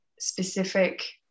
specific